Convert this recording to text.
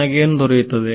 ನನಗೆ ಏನು ದೊರೆಯುತ್ತದೆ